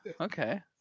Okay